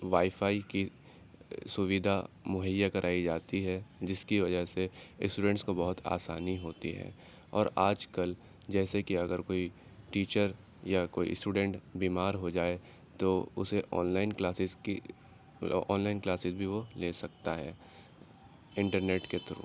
wi fi کی سویدھا مہیا کرائی جاتی ہے جس کی وجہ سے اسٹوڈنٹس کو بہت آسانی ہوتی ہے اور آج کل جیسے کہ اگر کوئی ٹیچر یا کوئی اسٹوڈنٹ بیمار ہو جائے تو اسے آن لائن کلاسز کی آن لائن کلاسز بھی وہ لے سکتا ہے انٹرنیٹ کے تھرو